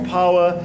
power